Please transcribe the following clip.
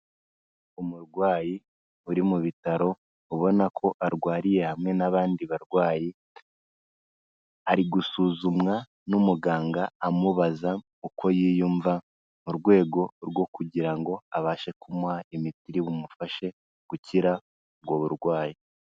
Umurwayi uri mu bitaro ubona ko arwariye hamwe n'abandi barwayi, ari gusuzumwa n'umuganga amubaza uko yiyumva mu rwego rwo kugira ngo abashe kumuha imiti iri bumufashe gukira ubwo burwayi.